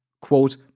quote